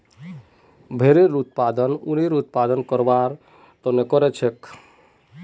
भेड़ पालन उनेर उत्पादन करवार तने करछेक